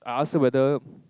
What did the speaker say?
I ask her whether